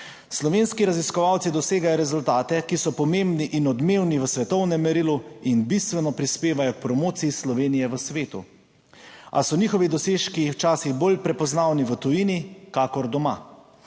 Slovenski raziskovalci dosegajo rezultate, ki so pomembni in odmevni v svetovnem merilu in bistveno prispevajo k promociji Slovenije v svetu, a so njihovi dosežki včasih bolj prepoznavni v tujini, kakor doma.